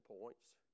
points